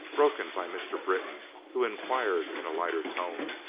broken by mr. britton, who inquired, in a lighter tone